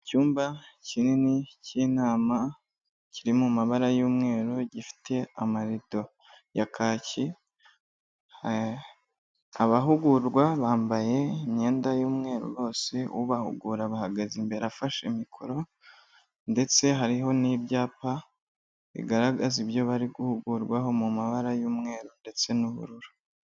Icyumba kinini cy'inama kiri mu mabara y'umweru gifite amarido ya kakiyi abahugurwa bambaye imyenda y'umweru bose ubahugura bahagaze imbere afashe mikoro ndetse hariho n'ibyapa bigaragaza ibyo bari guhugurwaho mu mabara y'umweru ndetse n'ubururu.